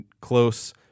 close